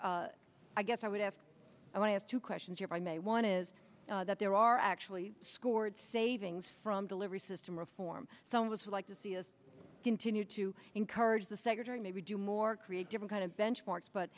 i guess i would have i have two questions if i may want is that there are actually scored savings from delivery system reform so it was like to see us continue to encourage the secretary maybe do more create different kind of benchmarks but